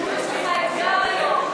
יש לך אתגר היום.